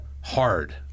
hard